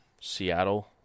Seattle